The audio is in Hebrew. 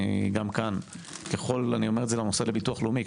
גם כאן אני אומר את זה למוסד לביטוח לאומי,